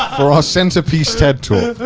our ah centerpiece ted talk.